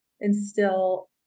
instill